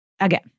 again